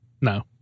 no